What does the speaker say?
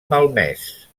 malmès